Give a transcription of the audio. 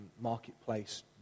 marketplace